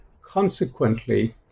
Consequently